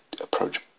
approach